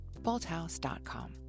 bolthouse.com